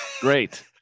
Great